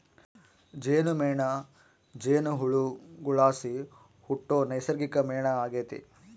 ಜೇನುಮೇಣ ಜೇನುಹುಳುಗುಳ್ಲಾಸಿ ಹುಟ್ಟೋ ನೈಸರ್ಗಿಕ ಮೇಣ ಆಗೆತೆ